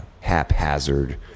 haphazard